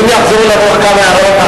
שהיהודים יחזרו, אדוני היושב-ראש.